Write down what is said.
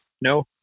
no